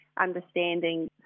understanding